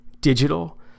digital